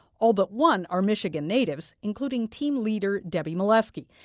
all but one are michigan natives, including team leader debbie mielewski.